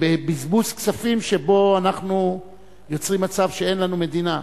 בבזבוז כספים שבו אנחנו יוצרים מצב שאין לנו מדינה.